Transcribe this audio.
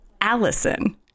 Allison